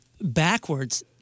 backwards